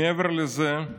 מעבר לזה,